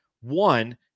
One